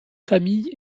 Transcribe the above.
familles